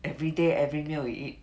everyday every meal we eat